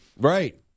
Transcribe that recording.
Right